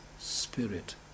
spirit